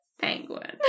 Penguin